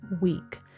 week